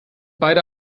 beide